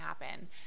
happen